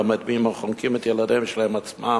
לא מטביעים או חונקים את הילדים שלהם עצמם